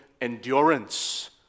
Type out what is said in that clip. endurance